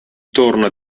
torna